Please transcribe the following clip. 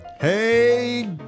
Hey